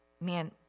man